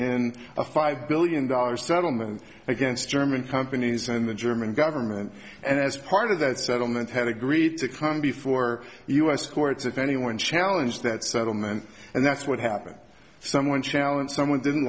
a five billion dollars settlement against german companies and the german government and as part of that settlement had agreed to come before us courts if anyone challenge that settlement and that's what happened someone challenged someone didn't